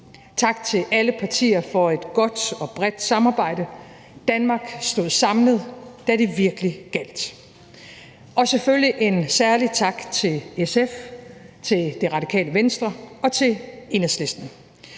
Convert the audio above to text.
Tak til alle partier for et godt og bredt samarbejde. Danmark stod samlet, da det virkelig gjaldt. Og selvfølgelig skal der lyde en særlig tak til SF, Det Radikale Venstre og Enhedslisten.